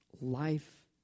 life